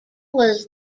was